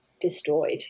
destroyed